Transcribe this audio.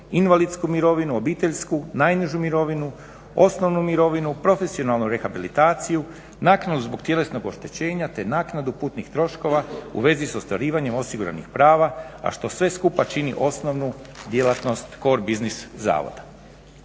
invalidsku mirovinu, obiteljsku, najnižu mirovinu, osnovnu mirovinu, profesionalnu rehabilitaciju, naknadu zbog tjelesnog oštećenja te naknadu putnih troškova u svezi s ostvarivanjem osiguranih prava a što sve skupa čini osnovnu djelatnost core biznis zavoda.